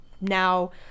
now